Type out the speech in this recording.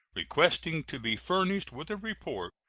requesting to be furnished with a report,